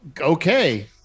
Okay